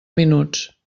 minuts